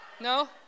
no